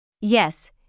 Yes